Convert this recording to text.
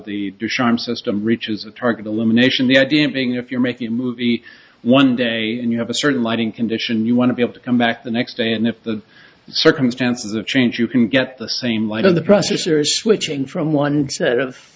the sharm system reaches the target illumination the idea being if you're making a movie one day and you have a certain lighting condition you want to be able to come back the next day and if the circumstances of change you can get the same line of the processor is switching from one set of